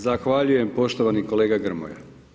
Zahvaljujem poštovani kolega Grmoja.